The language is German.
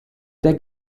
der